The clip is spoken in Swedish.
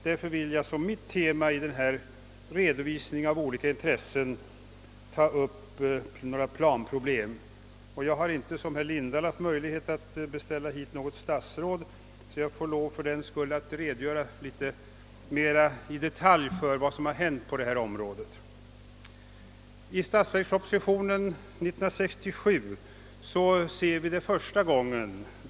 Därför vill jag som mitt tema i den nu pågående redovisningen av olika intressen ta upp några planproblem. Jag har inte som herr Lindahl haft möjlighet att beställa hit något statsråd och får fördenskull lov att redogöra litet mera i detalj för vad som har hänt på detta område. I statsverkspropositionen år 1967 talas det för första gången om någonting som kan kallas en riksplanering.